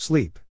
Sleep